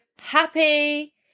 happy